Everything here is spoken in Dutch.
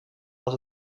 als